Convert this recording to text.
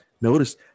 Notice